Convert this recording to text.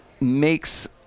makes